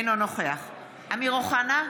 אינו נוכח אמיר אוחנה,